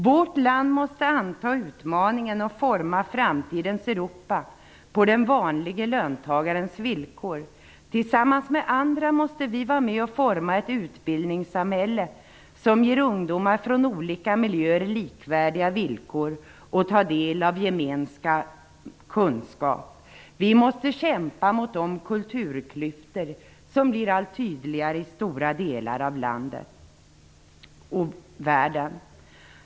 Vårt land måste anta utmaningen att forma framtidens Europa på den vanlige löntagarens villkor. Tillsammans med andra måste vi vara med och forma ett utbildningssamhälle som ger ungdomar från olika miljöer likvärdiga villkor när det gäller att ta del av gemensam kunskap. Vi måste kämpa mot kulturklyftorna, som blir allt tydligare i stora delar av landet och världen.